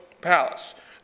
palace